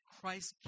Christ